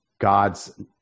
God's